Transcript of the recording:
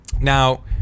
Now